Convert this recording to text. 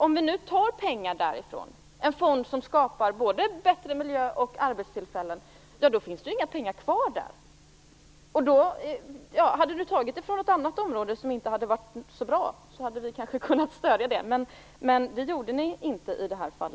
Om vi tar pengar från en fond som skapar både bättre miljö och arbetstillfällen finns det inga pengar kvar där. Hade ni velat ta pengarna från något annat område, som inte hade varit så bra, hade vi kanske kunnat stödja förslaget, men det gjorde ni inte i detta fall.